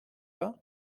pas